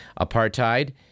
apartheid